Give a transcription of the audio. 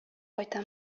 кайта